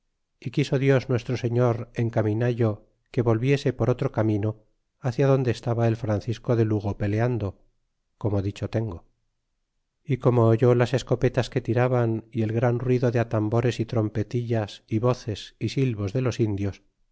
y quiso dios nuestro sellor encaminallo que volviese por otro camino hacia donde estaba el francisco de lugo peleando como dicho tengo é como oyó las escopetas que tiraban y el gran ruido de atambores y trompetillas y voces y silvos de los indios